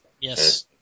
Yes